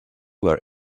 were